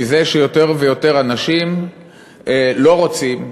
מזה שיותר ויותר אנשים לא רוצים,